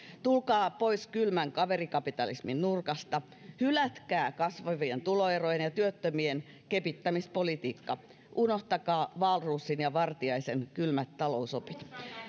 tulkaa pois kylmän kaverikapitalismin nurkasta hylätkää kasvavien tuloerojen ja työttömien kepittämispolitiikka unohtakaa wahlroosin ja vartiaisen kylmät talousopit